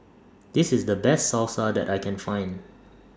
This IS The Best Salsa that I Can Find